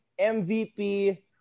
MVP